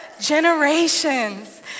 Generations